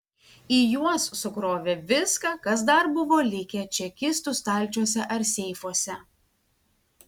į juos sukrovė viską kas dar buvo likę čekistų stalčiuose ar seifuose